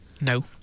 No